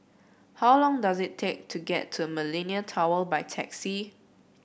how long does it take to get to Millenia Tower by taxi